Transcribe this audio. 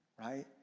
right